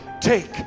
Take